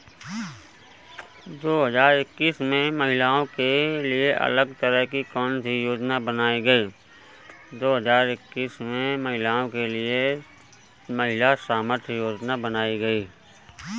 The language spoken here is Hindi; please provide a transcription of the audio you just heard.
दो हजार इक्कीस में महिलाओं के लिए अलग तरह की कौन सी योजना बनाई गई है?